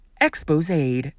Expose